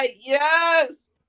Yes